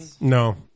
No